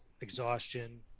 exhaustion